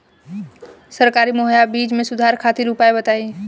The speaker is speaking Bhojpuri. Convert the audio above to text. सरकारी मुहैया बीज में सुधार खातिर उपाय बताई?